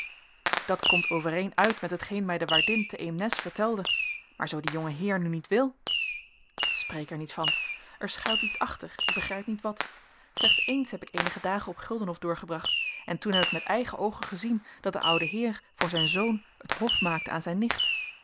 dat komt overeen uit met hetgeen mij de waardin te eemnes vertelde maar zoo die jonge heer nu niet wil spreek er niet van er schuilt iets achter ik begrijp niet wat slechts eens heb ik eenige dagen op guldenhof doorgebracht en toen heb ik met eigen oogen gezien dat de oude heer voor zijn zoon het hof maakte aan zijn nicht